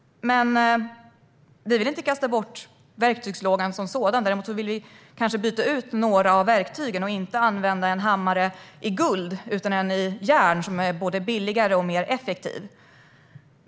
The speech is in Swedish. Men vi vill inte kasta bort verktygslådan som sådan. Däremot vill vi kanske byta ut några av verktygen och inte använda en hammare av guld utan en av järn, som är både billigare och mer effektiv.